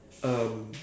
um